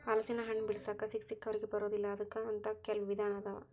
ಹಲಸಿನಹಣ್ಣ ಬಿಡಿಸಾಕ ಸಿಕ್ಕಸಿಕ್ಕವರಿಗೆ ಬರುದಿಲ್ಲಾ ಅದಕ್ಕ ಅಂತ ಕೆಲ್ವ ವಿಧಾನ ಅದಾವ